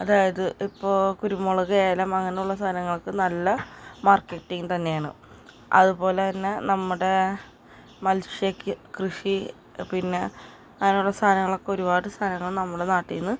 അതായത് ഇപ്പോൾ കുരുമുളക് ഏലം അങ്ങനെ ഉള്ള സാധനങ്ങൾക്ക് നല്ല മാർക്കറ്റിങ്ങ് തന്നെയാണ് അതുപോലെ തന്നെ നമ്മുടെ മത്സ്യ കൃഷി പിന്നെ അങ്ങനെ ഉള്ള സാധനങ്ങളൊക്കെ ഒരുപാട് സാധനങ്ങൾ നമ്മുടെ നാട്ടിൽ നിന്ന്